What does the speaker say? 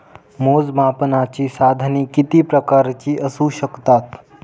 मोजमापनाची साधने किती प्रकारची असू शकतात?